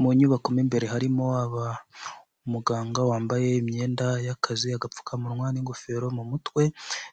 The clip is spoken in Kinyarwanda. Mu nyubako mu imbere harimo umuganga wambaye imyenda y'akazi, agapfukamunwa n'ingofero mu mutwe,